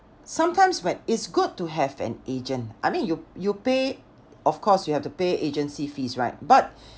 sometimes when it's good to have an agent I mean you you pay of course you have to pay agency fees right but